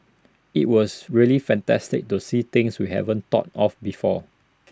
IT was really fantastic to see things we haven't thought of before